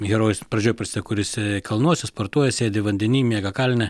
herojus pradžioj prasideda kur jis kalnuose sportuoja sėdi vandeny miega kalne